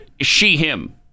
she-him